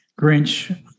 Grinch